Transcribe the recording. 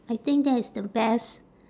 I think that is the best